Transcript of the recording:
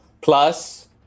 Plus